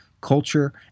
culture